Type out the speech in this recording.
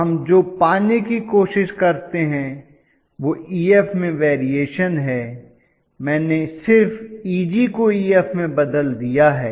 तो हम जो पाने की कोशिश करते हैं वह Ef में वेरिएशन है मैंने सिर्फ Eg को Ef में बदल दिया है